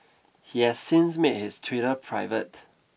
he has since made his Twitter private